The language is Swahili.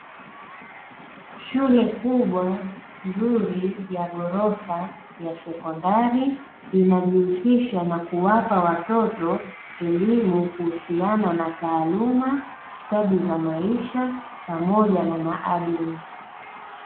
Shule kubwa nzuri ya ghorofa ya sekondari; inajihusisha na kuwapa watoto elimu kuhusiana na taaluma, stadi za maisha pamoja na maadili.